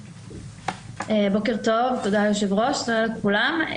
בוקר טוב, תודה היושב-ראש, שלום לכולם.